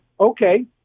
Okay